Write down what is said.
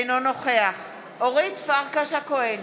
אינו נוכח אורית פרקש הכהן,